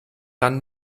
dann